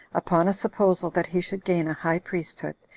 upon a supposal that he should gain a high priesthood,